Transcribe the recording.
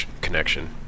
connection